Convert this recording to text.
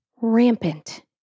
rampant